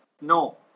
No